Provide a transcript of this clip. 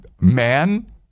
Man